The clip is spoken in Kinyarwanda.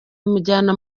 amujyana